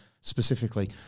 specifically –